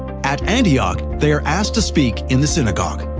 at antioch, they are asked to speak in the synagogue.